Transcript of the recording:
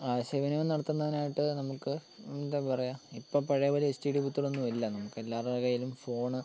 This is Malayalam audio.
ആശയവിനിമയം നടത്തുന്നതിനായിട്ട് നമുക്ക് എന്താ പറയാ ഇപ്പം പഴയ പോലെ എസ് റ്റി ഡി ബൂത്തുകളൊന്നും ഇല്ല നമുക്കെല്ലാരുടെയും കയ്യിലും ഫോണ്